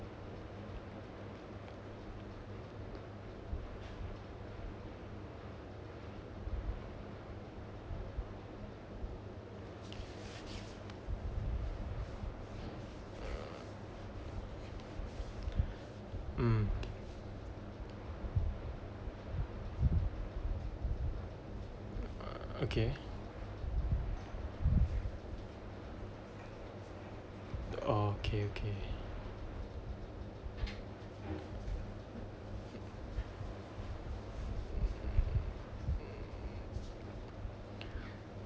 mm uh okay oh okay okay